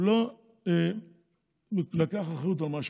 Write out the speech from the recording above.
הוא לא לקח אחריות על מה שקורה.